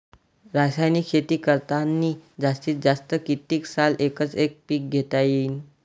रासायनिक शेती करतांनी जास्तीत जास्त कितीक साल एकच एक पीक घेता येईन?